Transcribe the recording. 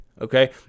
okay